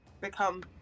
become